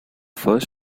first